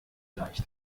leicht